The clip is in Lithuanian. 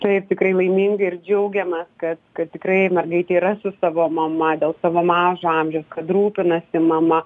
taip tikrai laimingai ir džiaugiamės kad kad tikrai mergaitė yra su savo mama dėl savo mažo amžiaus kad rūpinasi mama